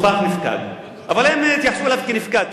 אבל הם התייחסו אליו כנפקד,